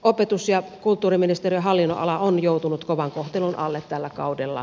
opetus ja kulttuuriministeriön hallinnonala on joutunut kovan kohtelun alle tällä kaudella